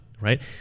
right